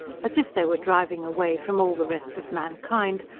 as if they were driving away from all the rest of mankind,